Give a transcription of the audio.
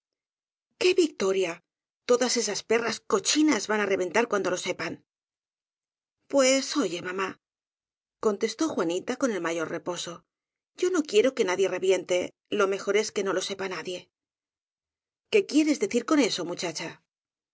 qué victoria todas esas perras cochinas van á reventar cuando lo sepan p u e s oye m a m á contestó juanita con el ma yor reposo yo no quiero que nadie reviente lo mejor es que no lo sepa nadie qué quieres decir con eso muchacha